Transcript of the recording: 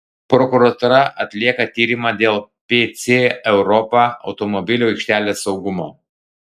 prokuratūra atlieka tyrimą dėl pc europa automobilių aikštelės saugumo